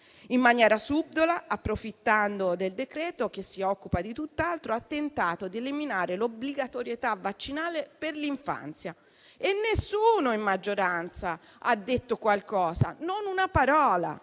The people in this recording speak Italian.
In maniera subdola, approfittando del decreto-legge che si occupa di tutt'altro, ha tentato di eliminare l'obbligatorietà vaccinale per l'infanzia e nessuno in maggioranza ha detto qualcosa: non una parola,